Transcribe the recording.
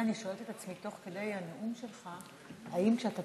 אני שואלת את עצמי תוך כדי הנאום שלך אם כשאתה